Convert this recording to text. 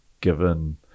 given